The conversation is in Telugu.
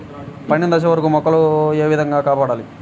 పండిన దశ వరకు మొక్కల ను ఏ విధంగా కాపాడాలి?